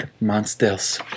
monsters